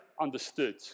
understood